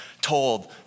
told